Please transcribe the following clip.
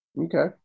Okay